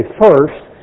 first